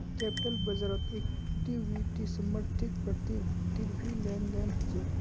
capital बाज़ारत equity समर्थित प्रतिभूतिर भी लेन देन ह छे